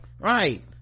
right